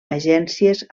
agències